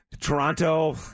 Toronto